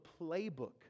playbook